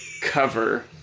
cover